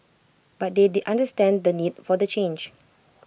but they the understand the need for the change